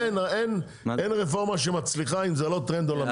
אין רפורמה שמצליחה אם זה לא טרנד עולמי.